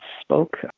spoke